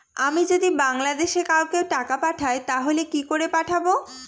আমি যদি বাংলাদেশে কাউকে টাকা পাঠাই তাহলে কি করে পাঠাবো?